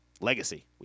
Legacy